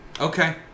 Okay